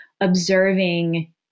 observing